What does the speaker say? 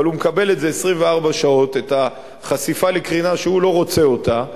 אבל הוא מקבל 24 שעות את החשיפה לקרינה שהוא לא רוצה בה,